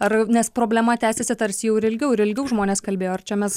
ar nes problema tęsiasi tarsi jau ir ilgiau ir ilgiau žmonės kalbėjo ar čia mes